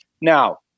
Now